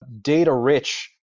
data-rich